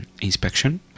inspection